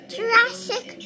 Jurassic